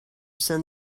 send